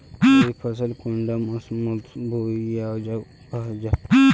रवि फसल कुंडा मोसमोत बोई या उगाहा जाहा?